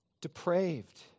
depraved